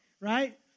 right